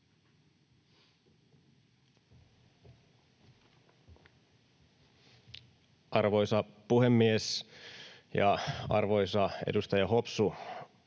Arvoisa puhemies! Ja arvoisa edustaja Hopsu,